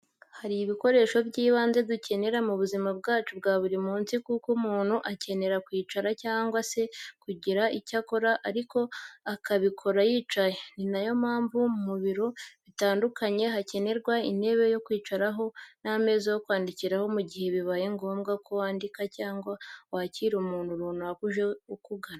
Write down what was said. Hari ibikoresho by'ibanze dukenera mu buzima bwacu bwa buri munsi kuko umuntu akenera kwicara cyangwa se kugira ibyo akora ariko akabikora yicaye. Ni na yo mpamvu mu biro bitandukanye hakenerwa intebe yo kwicaraho n'ameza yo kwandikiraho mu gihe bibaye ngombwa ko wandika cyangwa wakira umuntu runaka uje ukugana.